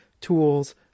tools